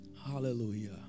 hallelujah